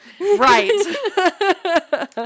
Right